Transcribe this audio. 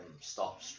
stop